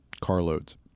carloads